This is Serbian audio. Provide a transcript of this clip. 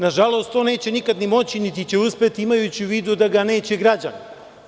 Nažalost, on neće nikada ni moći, niti će uspeti, imajući u vidu da ga neće građani.